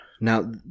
Now